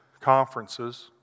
conferences